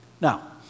Now